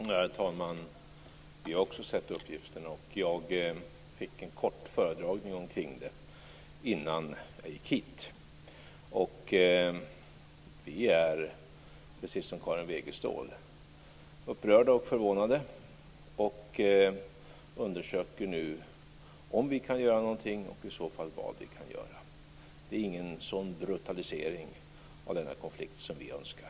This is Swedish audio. Herr talman! Jag har också sett uppgiften, och jag fick en kort föredragning kring den innan jag gick hit. Vi är, precis som Karin Wegestål, upprörda och förvånade och undersöker nu om vi kan göra någonting och i så fall vad vi kan göra. Det är ingen sådan brutalisering av konflikten som vi önskar.